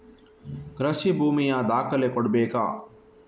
ಕೃಷಿ ಭೂಮಿಯ ದಾಖಲೆ ಕೊಡ್ಬೇಕಾ?